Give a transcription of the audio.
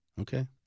Okay